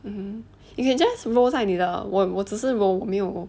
um hmm you can just roll 在你的我我只是 roll 我没有